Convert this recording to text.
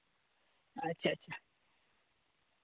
ᱟᱪᱪᱷᱟ ᱟᱪᱪᱷᱟ